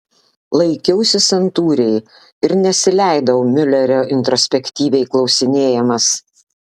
laikiausi santūriai ir nesileidau miulerio introspektyviai klausinėjamas